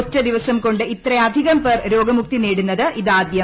ഒറ്റ ദിവസം കൊണ്ട് ഇത്രയധികം പേർ രോഗമുക്തിനേടുന്നത് ഇതാദൃം